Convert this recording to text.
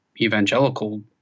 Evangelical